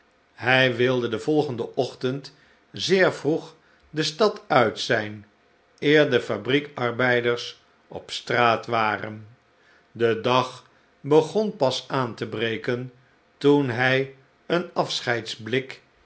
hij wilde den volgenden ochtend zeer vroeg de stad nit zijn eer de fabriek arbeiders op straat waren de dag begon pas aan te breken toen hij een